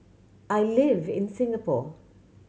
I live in Singapore